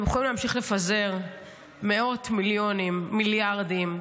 אתם יכולים להמשיך לפזר מאות מיליונים, מיליארדים,